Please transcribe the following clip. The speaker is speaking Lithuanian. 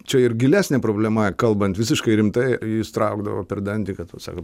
čia ir gilesnė problema kalbant visiškai rimtai jis traukdavo per dantį kad tu sako